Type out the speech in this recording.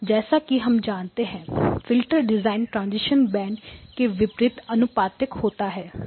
जैसा कि हम जानते हैं फिल्टर डिज़ाइन ट्रांजीशन बैंड के विपरीत अनुपातिक होता है